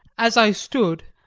as i stood,